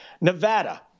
Nevada